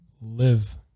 live